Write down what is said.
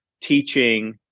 teaching